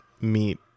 meet